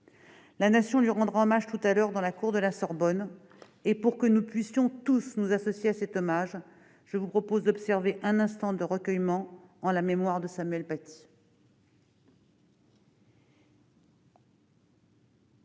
La Nation lui rendra hommage dans quelques minutes dans la cour de la Sorbonne. Pour que nous puissions tous nous associer à cet hommage, je vous propose d'observer un instant de recueillement en la mémoire de Samuel Paty.